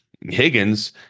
Higgins